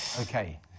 okay